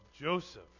Joseph